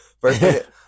First